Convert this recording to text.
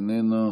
איננה,